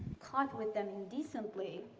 caught with them indecently,